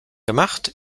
gemacht